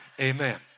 Amen